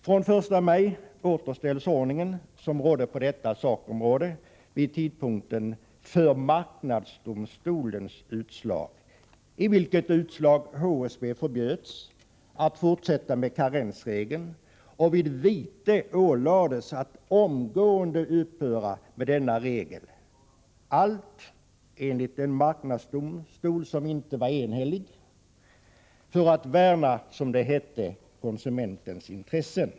Från den 1 maj återställs den ordning som rådde på detta sakområde vid tidpunkten för marknadsdomstolens utslag, i vilket HSB förbjöds att fortsätta tillämpa karensregeln och vid vite ålades att omgående upphöra med detta förfarande — allt enligt en marknadsdomstol som inte var enhällig — för att värna, som det hette, konsumentens intressen.